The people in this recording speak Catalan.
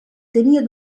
tenia